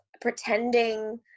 pretending